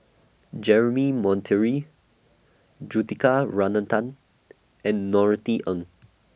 Jeremy Monteiro Juthika and Norothy Ng